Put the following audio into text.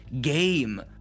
game